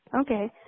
okay